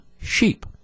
sheep